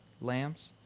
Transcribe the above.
lambs